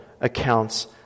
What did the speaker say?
accounts